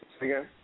again